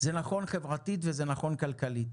זה נכון חברתית וזה נכון כלכלית